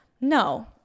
No